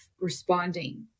responding